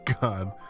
god